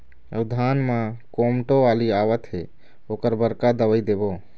अऊ धान म कोमटो बाली आवत हे ओकर बर का दवई देबो?